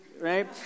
right